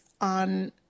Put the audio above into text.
on